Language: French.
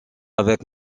avec